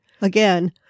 Again